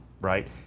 right